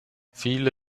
viele